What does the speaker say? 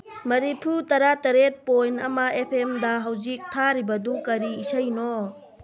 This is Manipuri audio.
ꯃꯔꯤꯐꯨ ꯇꯔꯥꯇꯔꯦꯠ ꯄꯣꯏꯟ ꯑꯃ ꯑꯦꯝ ꯐꯦꯝꯗ ꯍꯧꯖꯤꯛ ꯊꯥꯔꯤꯕꯗꯨ ꯀꯔꯤ ꯏꯁꯩꯅꯣ